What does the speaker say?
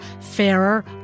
fairer